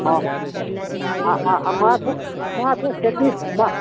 हँ आ माछ मऽ